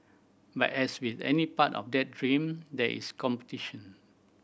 but as with any part of that dream there is competition